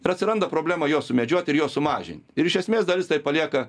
ir atsiranda problema juos sumedžiot ir juos sumažint ir iš esmės dalis tai palieka